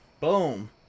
Boom